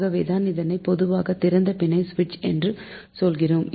ஆகவேதான் இதனை பொதுவாக திறந்த பிணை சுவிட்ச் என்று சொல்கிறோம்